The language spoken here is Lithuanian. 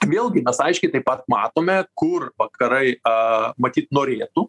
vėlgi mes aiškiai taip pat matome kur vakarai a matyt norėtų